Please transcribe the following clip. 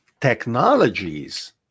technologies